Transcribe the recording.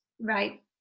right